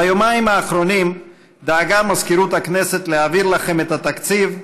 ביומיים האחרונים דאגה מזכירות הכנסת להעביר לכם את התקציב,